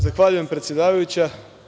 Zahvaljujem, predsedavajuća.